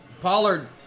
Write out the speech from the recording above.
Pollard